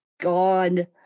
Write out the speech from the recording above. God